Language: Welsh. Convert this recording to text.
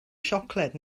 siocled